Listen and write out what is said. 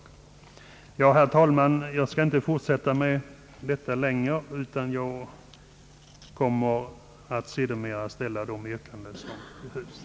Jag skall, herr talman, inte uppehålla mig längre vid dessa frågor utan ber att få återkomma med mina yrkanden senare.